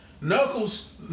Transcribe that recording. Knuckles